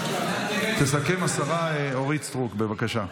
תסכם השרה אורית סטרוק, בבקשה.